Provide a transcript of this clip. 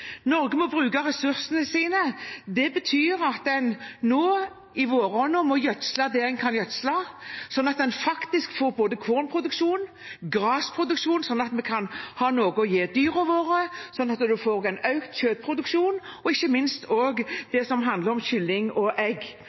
Norge må bruke ressursene sine, og det betyr at en nå i våronna må gjødsle der en kan gjødsle, slik at en faktisk får både kornproduksjon og grasproduksjon – slik at vi kan ha noe å gi til dyrene våre, og at en får en økt kjøttproduksjon – og ikke minst sørge for det som handler om kylling og egg.